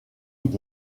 une